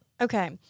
Okay